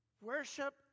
Worship